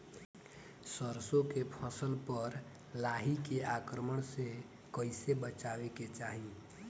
सरसो के फसल पर लाही के आक्रमण से कईसे बचावे के चाही?